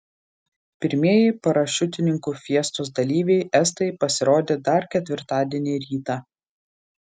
pirmieji parašiutininkų fiestos dalyviai estai pasirodė dar ketvirtadienį rytą